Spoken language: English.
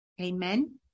Amen